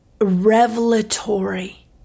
revelatory